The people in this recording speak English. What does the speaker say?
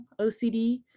OCD